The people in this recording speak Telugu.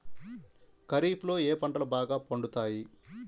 ఖరీఫ్లో ఏ పంటలు బాగా పండుతాయి?